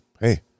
hey